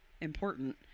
important